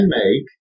make